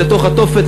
לתוך התופת,